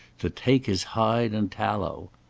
to take his hide and tallow.